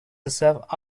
herself